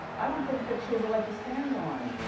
i don't think that she has a leg to stand on.